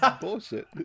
bullshit